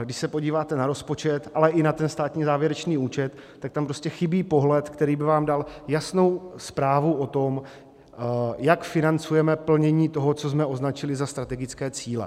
Když se podíváte na rozpočet, ale i na ten státní závěrečný účet, tak tam prostě chybí pohled, který by vám dal jasnou zprávu o tom, jak financujeme plnění toho, co jsme označili za strategické cíle.